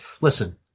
Listen